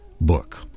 book